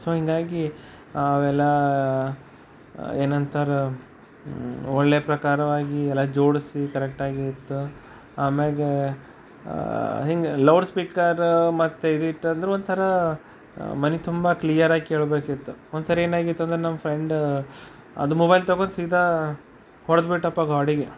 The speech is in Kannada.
ಸೊ ಹೀಗಾಗಿ ಅವೆಲ್ಲ ಏನಂತಾರೆ ಒಳ್ಳೆಯ ಪ್ರಕಾರವಾಗಿ ಎಲ್ಲ ಜೋಡಿಸಿ ಕರೆಕ್ಟಾಗಿತ್ತು ಆಮ್ಯಾಗೆ ಹಿಂಗೆ ಲೌಡ್ ಸ್ಪೀಕರ ಮತ್ತೆ ಇದಿತ್ತಂದ್ರೆ ಒಂಥರ ಮನೆ ತುಂಬ ಕ್ಲಿಯರಾಗಿ ಕೇಳಬೇಕಿತ್ತು ಒಂದು ಸರಿ ಏನಾಗ್ಯತಂದರ ನಮ್ಮ ಫ್ರೆಂಡ್ ಅದು ಮೊಬೈಲ್ ತೆಗೆದು ಸೀದಾ ಹೊಡ್ದು ಬಿಟ್ಟಪ್ಪಾ ಗಾಡಿಗೆ